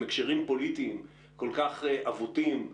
עם הקשרים פוליטיים כל כך עבותים,